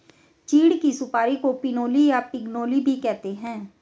चीड़ की सुपारी को पिनोली या पिगनोली भी कहते हैं